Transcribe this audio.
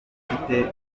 afite